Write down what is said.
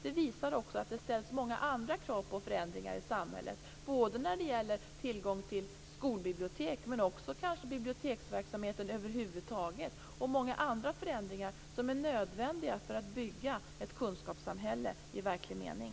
Det visar att det också ställs många andra krav på förändringar i samhället, t.ex. när det gäller tillgång till skolbibliotek men kanske också till biblioteksverksamhet över huvud taget. Också många andra förändringar kan vara nödvändiga för att vi skall kunna bygga ett kunskapssamhälle i verklig mening.